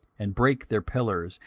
and break their pillars,